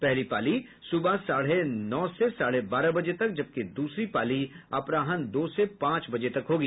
पहली पाली सुबह साढ़े नौ से साढ़े बारह बजे तक जबकि दूसरी पाली अपराहन दो से पांच बजे तक होगी